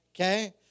okay